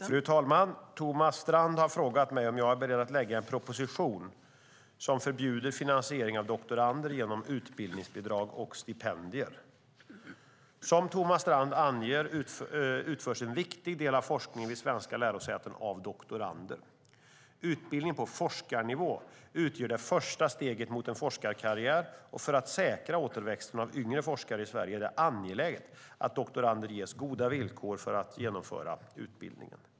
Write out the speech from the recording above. Fru talman! Thomas Strand har frågat mig om jag är beredd att lägga fram en proposition som förbjuder finansiering av doktorander genom utbildningsbidrag och stipendier. Som Thomas Strand anger utförs en viktig del av forskningen vid svenska lärosäten av doktorander. Utbildningen på forskarnivå utgör det första steget mot en forskarkarriär, och för att säkra återväxten av yngre forskare i Sverige är det angeläget att doktorander ges goda villkor för att genomföra utbildningen.